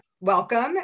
welcome